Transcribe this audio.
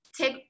take